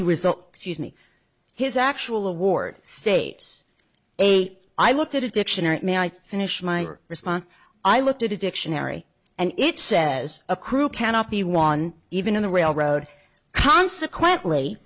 he was so excuse me his actual award states hey i looked at a dictionary may i finish my response i looked at the dictionary and it says a crew cannot be won even in the railroad consequently